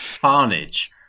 carnage